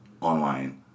online